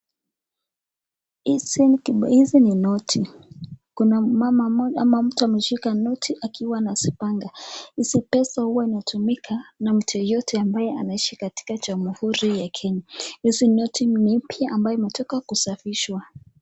Hizi ni noti kuna mama ameshika noti akiwa anazipanga. Hizi pesa huwa zinatumika na mtu yeyote ambaye anaishi katika Jamhuri ya Kenya. Hizi noti ni mupya ambayo imetoka kusafishwa.